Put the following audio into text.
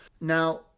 Now